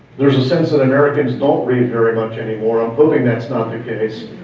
there's a sense that americans don't read very much anymore. i'm hoping that's not the case.